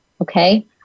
Okay